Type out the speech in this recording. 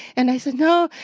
and i said, no,